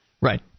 Right